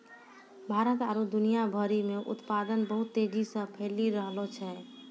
भारत आरु दुनिया भरि मे उत्पादन बहुत तेजी से फैली रैहलो छै